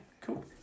cool